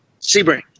Sebring